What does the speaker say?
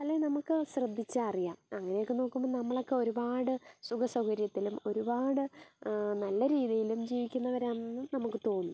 അല്ലേ നമുക്ക് ശ്രദ്ധിച്ചാൽ അറിയാം അങ്ങനെയൊക്കെ നോക്കുമ്പോൾ നമ്മളൊക്കെ ഒരുപാട് സുഖസൗകര്യത്തിലും ഒരുപാട് നല്ല രീതിയിലും ജീവിക്കുന്നവരാണെന്ന് നമുക്ക് തോന്നും